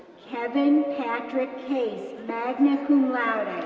kevin patrick case, magna cum laude,